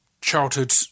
childhood